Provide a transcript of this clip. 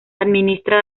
administra